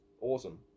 awesome